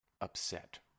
upset